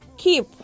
keep